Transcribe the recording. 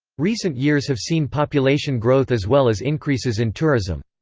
recent years have seen population growth as well as increases in tourism.